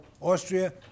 Austria